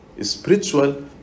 spiritual